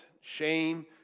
shame